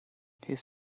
his